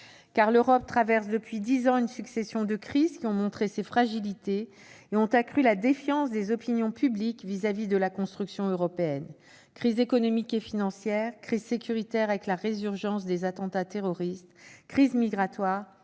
Car l'Europe traverse depuis dix ans une succession de crises qui ont montré ses fragilités et ont accru la défiance des opinions publiques envers la construction européenne : crise économique et financière, crise sécuritaire avec la résurgence des attentats terroristes, crise migratoire,